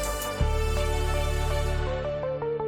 החוקים.